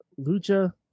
Lucha